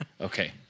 Okay